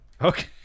Okay